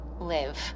live